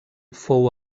fou